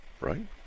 right